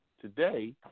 Today